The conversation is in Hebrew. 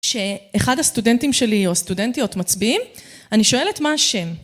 שאחד הסטודנטים שלי או סטודנטיות מצביעים, אני שואלת מה השם.